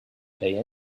pay